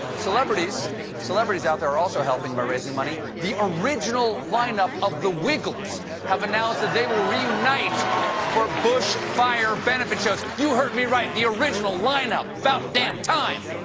celebrities celebrities out there are also helping by raising money. the original lineup of the wiggles have announced that they will reunite for bushfire benefit shows. you heard me right the original lineup. about damn time!